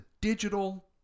digital